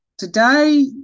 Today